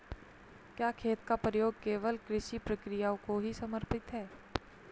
क्या खेत का प्रयोग केवल कृषि प्रक्रियाओं को ही समर्पित है?